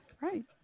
Right